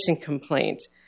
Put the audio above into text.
complaint